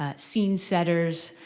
ah scene setters,